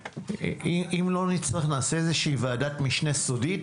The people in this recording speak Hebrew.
אם לא נצליח, נעשה איזושהי ועדת משנה סודית,